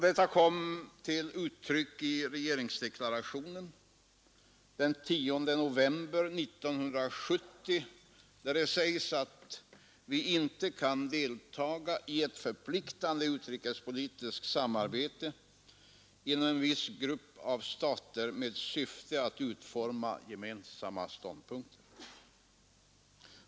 Detta kommer även till uttryck i regeringsdeklarationen den 10 november 1970, vari sägs att ”vi inte kan deltaga i ett förpliktande utrikespolitiskt samarbete inom en viss grupp av stater med syfte att utforma gemensamma ståndpunkter”.